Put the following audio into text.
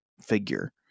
figure